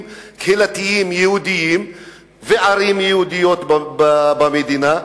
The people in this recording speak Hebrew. קהילתיים יהודיים וערים יהודיות במדינה?